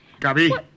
Gabi